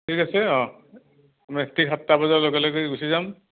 ঠিক আছে অ' মই ঠিক সাতটা বজাৰ লগে লগে গুচি যাম